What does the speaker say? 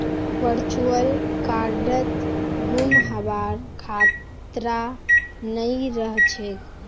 virtual कार्डत गुम हबार खतरा नइ रह छेक